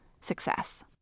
success